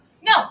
No